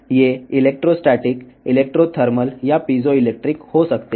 ఇవి electrostatic electrothermal లేదా piezoelectric కావచ్చు